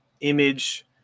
image